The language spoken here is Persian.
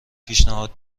پیشنهاد